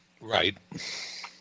Right